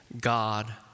God